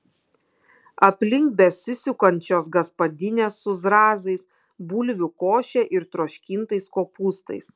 aplink besisukančios gaspadinės su zrazais bulvių koše ir troškintais kopūstais